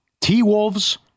T-Wolves